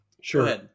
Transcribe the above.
Sure